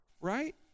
right